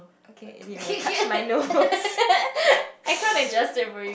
okay and it will touch my nose